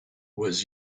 was